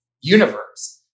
universe